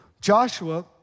Joshua